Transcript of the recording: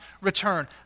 return